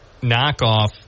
knockoff